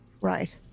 Right